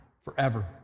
forever